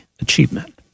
achievement